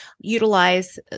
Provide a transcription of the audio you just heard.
utilize